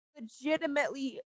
legitimately